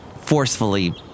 forcefully